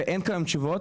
ואין כאן תשובות,